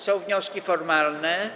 Są wnioski formalne.